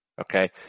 Okay